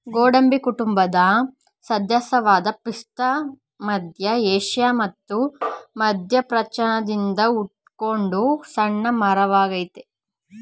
ಗೋಡಂಬಿ ಕುಟುಂಬದ ಸದಸ್ಯವಾದ ಪಿಸ್ತಾ ಮಧ್ಯ ಏಷ್ಯಾ ಮತ್ತು ಮಧ್ಯಪ್ರಾಚ್ಯದಿಂದ ಹುಟ್ಕೊಂಡ ಸಣ್ಣ ಮರವಾಗಯ್ತೆ